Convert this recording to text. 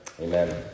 Amen